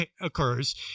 occurs